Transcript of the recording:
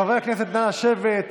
חברי הכנסת, נא לשבת.